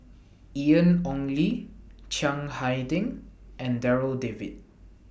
Ian Ong Li Chiang Hai Ding and Darryl David